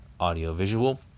audiovisual